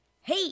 Hey